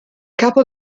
capo